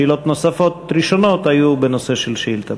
השאלות הנוספות הראשונות היו בנושא של השאילתה.